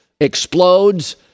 explodes